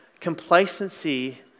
complacency